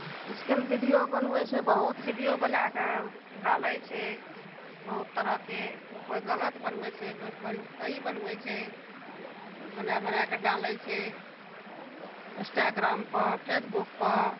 आइकाल्हि वीडियो बनबै छै बहुत वीडियो बना कऽ डालै छै बहुत तरहके कोइ गलत बनबै छै कोइ सही बनबै छै बनै बनै के डालै छै इन्स्टाग्राम पर फेसबुक पर